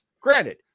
Granted